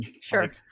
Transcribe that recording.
Sure